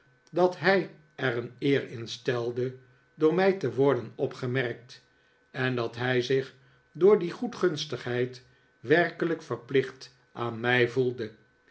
dat hij er een eer in stelde door mij te worden opgemerkt en dat hij zich door die goedgunstigheid werkelijk verplicht aan mij voelde